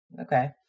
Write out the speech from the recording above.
Okay